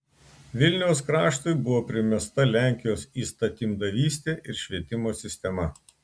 vilniaus kraštui buvo primesta lenkijos įstatymdavystė ir švietimo sistema